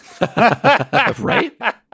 Right